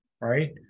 right